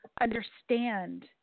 understand